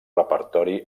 repertori